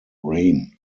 reign